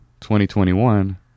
2021